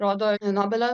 rodo nobelio